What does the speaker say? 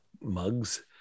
mugs